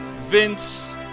Vince